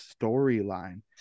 storyline